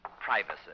Privacy